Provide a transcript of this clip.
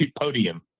podium